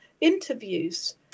interviews